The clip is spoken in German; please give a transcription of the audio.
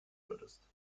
würdest